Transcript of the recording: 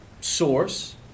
source